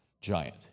giant